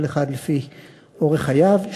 כל אחד לפי אורך חייו,